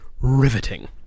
riveting